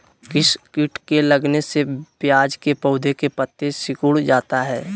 किस किट के लगने से प्याज के पौधे के पत्ते सिकुड़ जाता है?